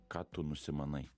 ką tu nusimanai